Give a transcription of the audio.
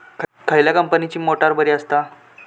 खयल्या कंपनीची मोटार बरी असता?